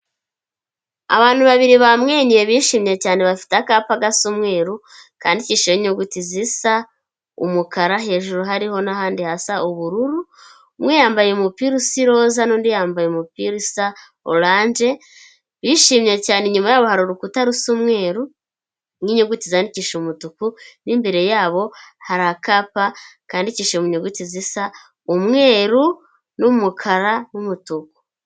Abantu babiri bamwenyuye bishimye cyane bafite akapa gasa umweruru, kandikishije inyuguti zisa umukara hejuru hariho n'ahandi hasa ubururu, umwe yambaye umupira usa iroza n'undi yambaye umupira usa orange bishimye cyane, inyuma yabo hari urukuta rusa umweru n'inyuguti zandikishije umutuku n'imbere yabo hari akapa kandikishije mu inyuguti zisa umweru, n'umukara n'umutuku.